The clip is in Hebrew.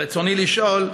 ברצוני לשאול: